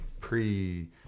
pre